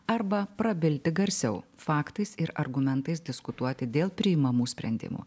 arba prabilti garsiau faktais ir argumentais diskutuoti dėl priimamų sprendimų